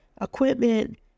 equipment